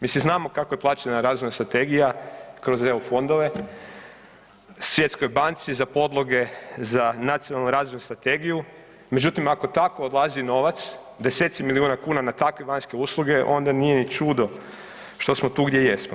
Mislim znamo kako je plaćena razvojna strategija kroz EU fondove Svjetskoj banci za podloge za Nacionalnu razvojnu strategiju, međutim ako tako odlazi novac, 10-ci miliona kuna na takve vanjske usluge onda nije ni čudo što smo tu gdje jesmo.